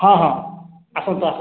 ହଁ ହଁ ଆସନ୍ତୁ ଆସନ୍ତୁ